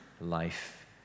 life